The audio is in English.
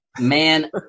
man